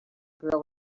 girl